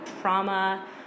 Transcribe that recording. trauma